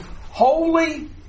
Holy